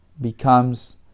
becomes